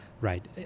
Right